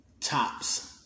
Tops